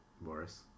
Boris